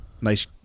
Nice